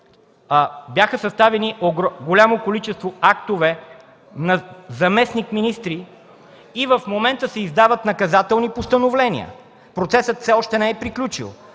бяха съставени голямо количество актове на заместник-министри, а и в момента се издават наказателни постановления. Процесът все още не е приключил.